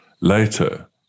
later